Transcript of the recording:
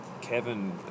Kevin